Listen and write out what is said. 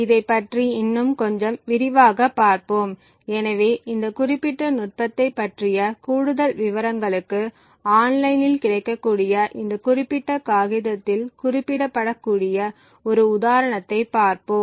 இதைப் பற்றி இன்னும் கொஞ்சம் விரிவாகப் பார்ப்போம் எனவே இந்த குறிப்பிட்ட நுட்பத்தைப் பற்றிய கூடுதல் விவரங்களுக்கு ஆன்லைனில் கிடைக்கக்கூடிய இந்த குறிப்பிட்ட காகிதத்தில் குறிப்பிடக்கூடிய ஒரு உதாரணத்தைப் பார்ப்போம்